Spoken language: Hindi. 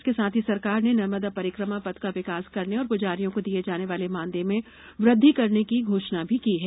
इसके साथ ही सरकार ने नर्मदा परिक्रमा पथ का विकास करने और पुजारियों को दिये जाने वाले मानदेय में वृद्धि करने की घोषणा भी की है